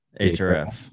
HRF